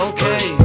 Okay